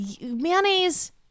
Mayonnaise